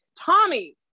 Tommy